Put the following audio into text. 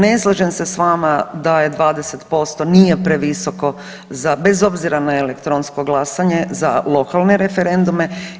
Ne slažem se s vama da je 20% nije previsoko za, bez obzira na elektronsko glasanje za lokalne referendume.